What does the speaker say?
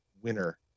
winner